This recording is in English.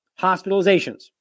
hospitalizations